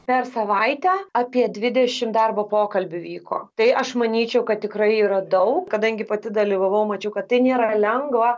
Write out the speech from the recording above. per savaitę apie dvidešimt darbo pokalbių vyko tai aš manyčiau kad tikrai yra daug kadangi pati dalyvavau mačiau kad tai nėra lengva